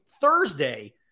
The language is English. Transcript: Thursday